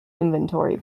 inventory